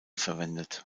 verwendet